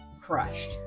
crushed